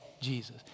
Jesus